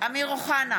אמיר אוחנה,